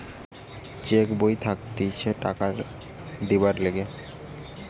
check বই থাকতিছে টাকা দিবার লিগে